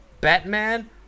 Batman